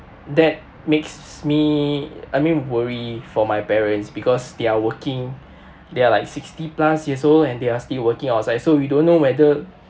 that makes me I mean worry for my parents because they're working they are like sixty plus years old and they are still working outside so we don't know whether